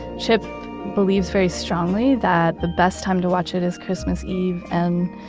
chip believes very strongly that the best time to watch it is christmas eve, and